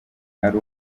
ari